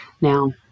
now